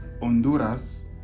Honduras